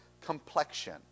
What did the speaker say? complexion